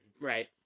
Right